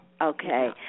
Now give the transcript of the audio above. Okay